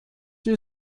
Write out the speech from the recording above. die